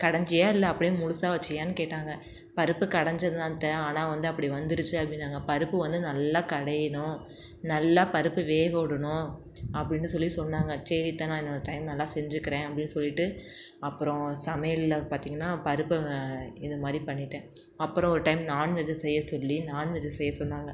கடைஞ்சியா இல்லை அப்படியே முழுசா வச்சியான்னு கேட்டாங்க பருப்பு கடைஞ்சேந்தான் அத்தை ஆனால் வந்து அப்படி வந்துடுச்சு அப்படினாங்க பருப்பு வந்து நல்லா கடையணும் நல்லா பருப்பு வேக விடுணும் அப்படினு சொல்லி சொன்னாங்க சரி அத்தை நான் இன்னொரு டைம் நல்லா செஞ்சுக்கிறேன் அப்படினு சொல்லிவிட்டு அப்புறம் சமையலில் பார்த்திங்கன்னா பருப்பை இது மாதிரி பண்ணிவிட்டேன் அப்புறம் ஒரு டைம் நான்வெஜ்ஜை செய்யச் சொல்லி நான்வெஜ்ஜு செய்யச் சொன்னாங்க